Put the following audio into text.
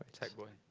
ah tech boy.